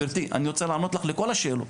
גברתי, אני רוצה לענות לך, לכל השאלות.